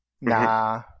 Nah